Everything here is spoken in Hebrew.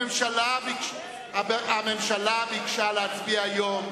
הממשלה ביקשה להצביע היום,